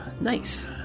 nice